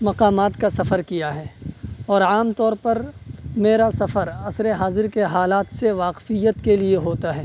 مقامات کا سفر کیا ہے اور عام طور پر میرا سفر عصر حاضر کے حالات سے واقفیت کے لیے ہوتا ہے